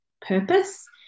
purpose